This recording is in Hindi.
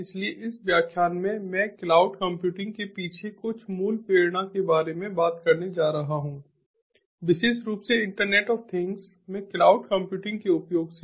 इसलिए इस व्याख्यान में मैं क्लाउड कंप्यूटिंग के पीछे कुछ मूल प्रेरणा के बारे में बात करने जा रहा हूं विशेष रूप से इंटरनेट ऑफ थिंग्स में क्लाउड कंप्यूटिंग के उपयोग से